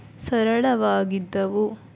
ಸರಳವಾಗಿದ್ದವು